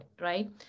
right